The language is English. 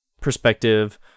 perspective